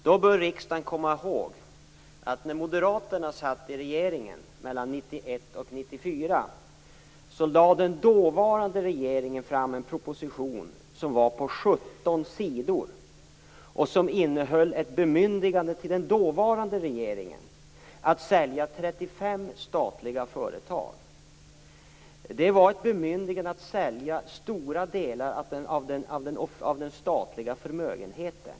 Då bör riksdagen komma ihåg att när Moderaterna satt i regeringen mellan 1991 och 1994 lade den dåvarande regeringen fram en proposition på 17 sidor som innehöll en begäran om ett bemyndigande till den dåvarande regeringen att sälja 34 statliga företag. Det var ett bemyndigande att sälja stora delar av den statliga förmögenheten.